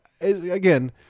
again